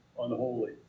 unholy